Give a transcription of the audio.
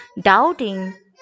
doubting